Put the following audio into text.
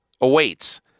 awaits